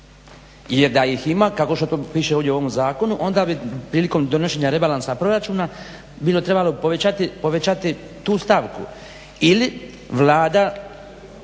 jer da ih ima kako što tu piše ovdje u ovom zakonu onda bi prilikom donošenje rebalansa proračuna bilo trebalo povećati tu stavku ili Vlada